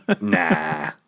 Nah